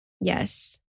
Yes